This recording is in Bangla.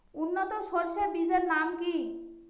উন্নত সরষে বীজের একটি নাম কি?